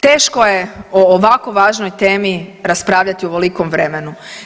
Teško je o ovako važnoj temi raspravljati u ovolikom vremenu.